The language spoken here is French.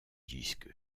disque